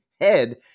head